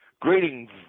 Greetings